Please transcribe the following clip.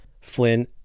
Flynn